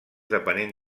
depenent